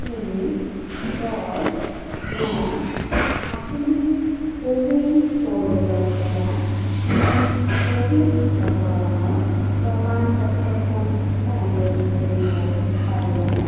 তিনি ছয় ন আপুনি কোৱিন প'ৰ্টেলৰ পৰা মোৰ ক'ভিড টিকাকৰণৰ প্ৰমাণ পত্ৰখন ডাউনল'ড কৰিব পাৰিবনে